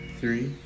three